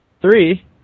three